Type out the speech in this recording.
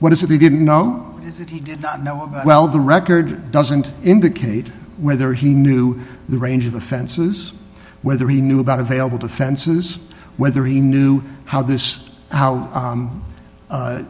what is it he didn't know that he did not know well the record doesn't indicate whether he knew the range of offenses whether he knew about available defenses whether he knew how this how